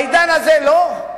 בעידן הזה, לא?